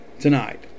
tonight